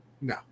No